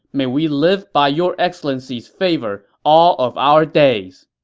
may we live by your excellency's favor all of our days!